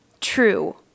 true